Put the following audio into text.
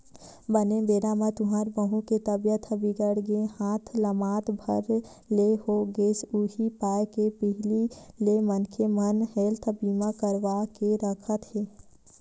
बने बेरा म तुँहर बहू के तबीयत ह बिगड़ गे हाथ लमात भर ले हो गेस उहीं पाय के पहिली ले मनखे मन हेल्थ बीमा करवा के रखत हे